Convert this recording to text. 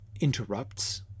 interrupts